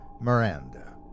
Miranda